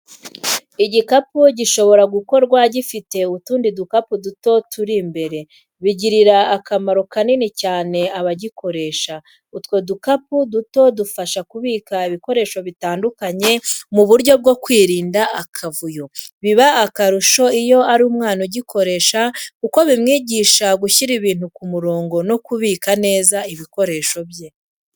Igikapu gishobora gukorwa gifite utundi dukapu duto turi imbere, bigirira akamaro kanini cyane abagikoresha. Utwo dukapu duto dufasha kubika ibikoresho bitandukanye mu buryo bwo kwirinda akavuyo, biba akarusho iyo ari umwana ugikoresha kuko bimwigisha gushyira ibintu ku murongo no kubika neza ibikoresho bye.